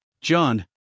John